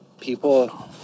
people